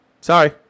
Sorry